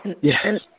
Yes